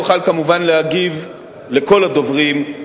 לא אוכל כמובן להגיב לכל הדוברים,